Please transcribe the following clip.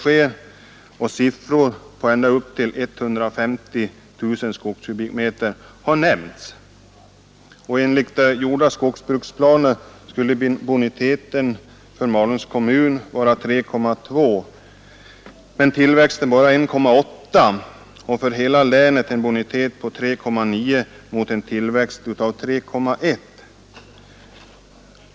Ja, siffror på ända upp till 150 000 skogskubikmeter har nämnts. Enligt gjorda skogsbruksplaner skulle boniteten för Malungs kommun vara 3,2 men tillväxten 1,8, och för hela länet uppges boniteten vara 3,9 mot en tillväxt av 3,1.